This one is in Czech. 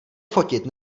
fotit